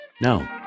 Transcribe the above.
no